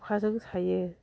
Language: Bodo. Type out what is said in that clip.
खखाजों सायो